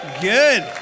Good